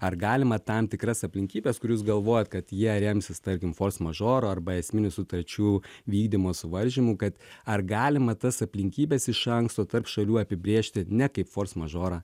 ar galima tam tikras aplinkybes kur jūs galvojat kad jie remsis tarkim fors mažor arba esminių sutarčių vykdymo suvaržymu kad ar galima tas aplinkybes iš anksto tarp šalių apibrėžti ne kaip fors mažorą